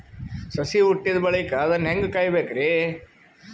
ಸಸಿ ಹುಟ್ಟಿದ ಬಳಿಕ ಅದನ್ನು ಹೇಂಗ ಕಾಯಬೇಕಿರಿ?